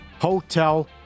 hotel